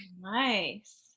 Nice